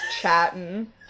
chatting